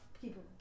people